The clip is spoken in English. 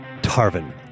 Tarvin